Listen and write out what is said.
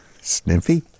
Sniffy